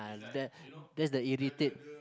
ah that that's the irritate